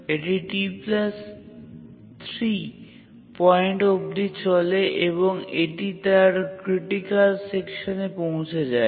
এটি T 3 point অবধি চলে এবং এটি তার ক্রিটিকাল সেকশানে পৌঁছে যায়